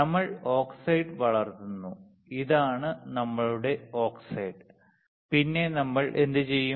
നമ്മൾ ഓക്സൈഡ് വളർത്തുന്നു ഇതാണ് നമ്മളുടെ ഓക്സൈഡ് പിന്നെ നമ്മൾ എന്തുചെയ്യും